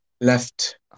left